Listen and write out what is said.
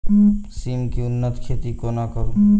सिम केँ उन्नत खेती कोना करू?